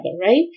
right